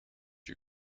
you